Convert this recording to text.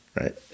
Right